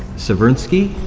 seversky,